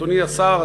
אדוני השר,